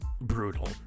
brutal